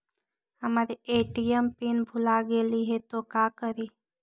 हमर ATM pin भूला गेली हे, तो का करि?